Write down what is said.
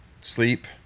Sleep